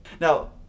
now